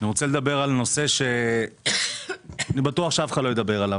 אני רוצה לדבר על נושא שאני בטוח שאף אחד לא ידבר עליו.